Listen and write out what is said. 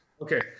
Okay